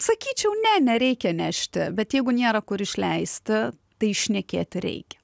sakyčiau ne nereikia nešti bet jeigu nėra kur išleisti tai šnekėti reikia